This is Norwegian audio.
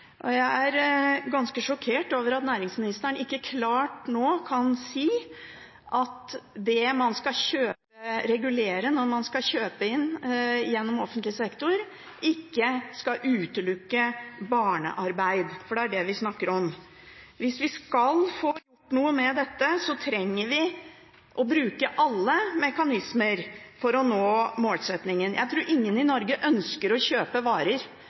Jeg er ganske sjokkert over at næringsministeren ikke klart nå kan si at det man skal regulere når man skal kjøpe inn gjennom offentlig sektor, ikke skal utelukke barnearbeid, for det er det vi snakker om. Hvis vi skal få gjort noe med dette, trenger vi å bruke alle mekanismer for å nå målsetningen. Jeg tror ingen i Norge ønsker å kjøpe varer